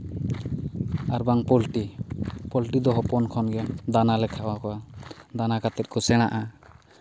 ᱟᱨ ᱵᱟᱝ ᱯᱳᱞᱴᱤ ᱯᱳᱞᱴᱤ ᱫᱚ ᱦᱚᱯᱚᱱ ᱠᱷᱚᱱ ᱜᱮ ᱫᱟᱱᱟ ᱞᱮ ᱠᱷᱟᱣᱟᱣ ᱠᱚᱣᱟ ᱫᱟᱱᱟ ᱠᱟᱛᱮᱫ ᱠᱚ ᱥᱮᱬᱟᱜᱼᱟ